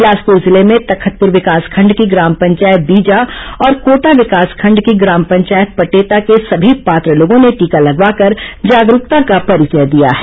बिलासप्र जिले में तखतप्र विकासखंड की ग्राम पंचायत बीजा और कोटा विकासखंड की ग्राम पंचायत पटेता के सभी पात्र लोगों ने टीका लगवा कर जागरूकता का परिचय दिया है